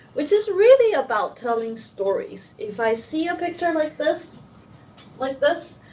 which is really about telling stories. if i see a picture like this like this,